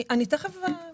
אני תכף אגיע לזה.